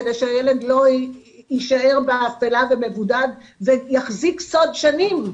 כדי שהילד יישאר באפילה ומבודד ויחזיק סוד שנים,